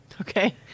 Okay